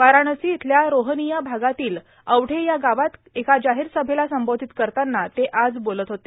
वाराणसी इथल्या रोहनिया भागातील औढे या गावात एका जाहीर सभेला संबोधित करताना ते आज बोलत होते